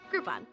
Groupon